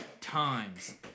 times